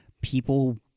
people